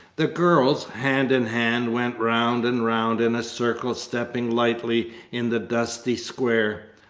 the girls, hand in hand, went round and round in a circle stepping lightly in the dusty square.